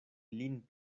lin